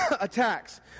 attacks